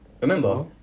remember